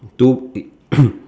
two